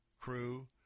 crew